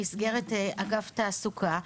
במסגרת אגף תעסוקה,